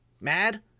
mad